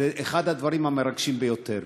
זה אחד הדברים המרגשים ביותר.